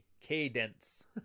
cadence